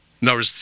No